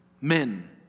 men